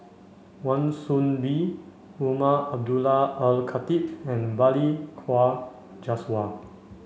Wan Soon Bee Umar Abdullah Al Khatib and Balli Kaur Jaswal